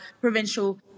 provincial